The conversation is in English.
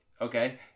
okay